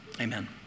Amen